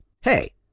Hey